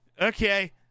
Okay